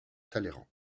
talleyrand